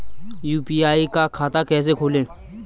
UPI का खाता कैसे खोलें?